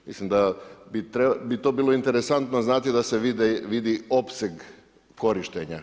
Mislim da bi to bilo interesantno znati da se vidi opseg korištenja.